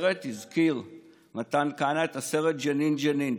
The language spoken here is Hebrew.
הזכיר מתן כהנא את הסרט ג'נין ג'נין.